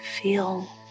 Feel